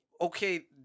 okay